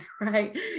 right